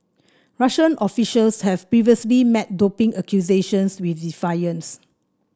Russian officials have previously met doping accusations with defiance